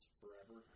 forever